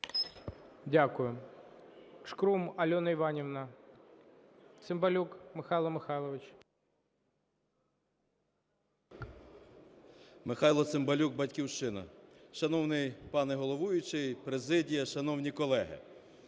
Дякую. Шкрум Альона Іванівна. Цимбалюк Михайло Михайлович. 13:18:59 ЦИМБАЛЮК М.М. Михайло Цимбалюк, "Батьківщина". Шановний пане головуючий, президія, шановні колеги!